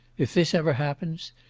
if this ever happens,